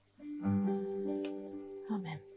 Amen